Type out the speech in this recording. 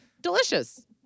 delicious